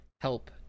help